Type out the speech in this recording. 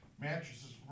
mattresses